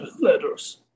letters